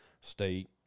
state